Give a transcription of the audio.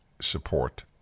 support